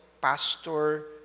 Pastor